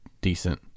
decent